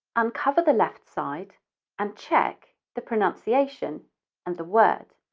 uncover the left side and check the pronunciation and the word.